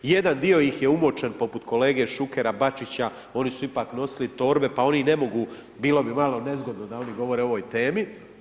Jedan dio ih je umočen poput kolege Šukera, Bačića, oni su ipak nosili torbe, pa oni ne mogu, bilo bi malo nezgodno da oni govore o ovoj temi.